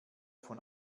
von